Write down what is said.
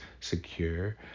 secure